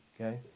okay